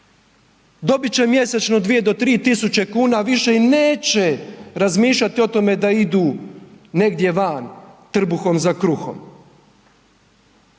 Dobit će mjesečno 2 do 3.000 kuna više i neće razmišljati o tome da idu negdje van, trbuhom za kruhom.